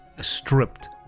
Stripped